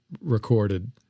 recorded